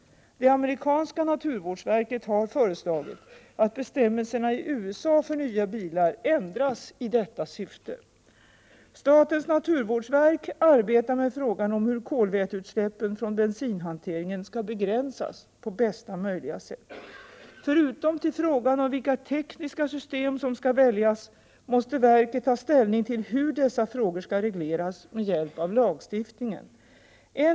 Det amerikanska naturvårdsverket har föreslagit att bestämmelserna i USA för nya bilar ändras i detta syfte. Statens naturvårdsverk arbetar med frågan om hur kolväteutsläppen från bensinhanteringen skall begränsas på bästa möjliga sätt. Förutom till frågan om vilka tekniska system som skall väljas måste verket ta ställning till hur dessa frågor skall regleras med stöd av lagstiftningen.